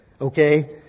Okay